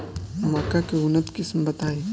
मक्का के उन्नत किस्म बताई?